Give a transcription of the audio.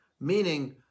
meaning